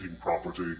property